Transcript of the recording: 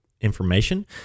information